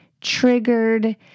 triggered